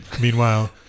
Meanwhile